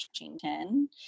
Washington